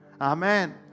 Amen